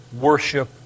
worship